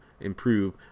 improve